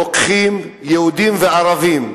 רוקחים, יהודים וערבים.